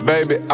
Baby